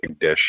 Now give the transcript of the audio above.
dish